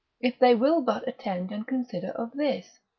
if they will but attend and consider of this,